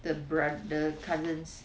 the bro~ the cousins